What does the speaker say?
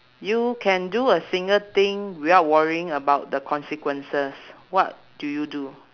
you can do a single thing without worrying about the consequences what do you do